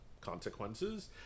consequences